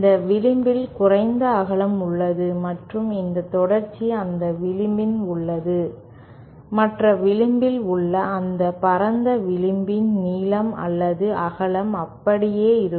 இந்த விளிம்பில் குறைந்த அகலம் உள்ளது மற்றும் இந்த தொடர்ச்சி அந்த விளிம்பில் உள்ளது மற்ற விளிம்பில் உள்ள அந்த பரந்த விளிம்பின் நீளம் அல்லது அகலம் அப்படியே இருக்கும்